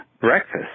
breakfast